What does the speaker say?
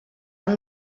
han